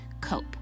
cope